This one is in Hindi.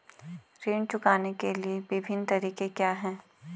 ऋण चुकाने के विभिन्न तरीके क्या हैं?